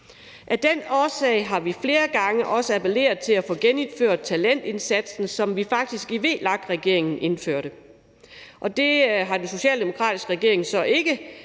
Af den årsag har vi flere gange appelleret til at få genindført talentindsatsen, som vi faktisk indførte i VLAK-regeringen. Det har den socialdemokratiske regering så ikke villet